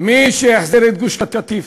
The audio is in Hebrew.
מי שהחזיר את גוש-קטיף